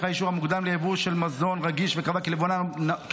האישור המוקדם לייבוא של מזון רגיש וקבעה כי ליבואן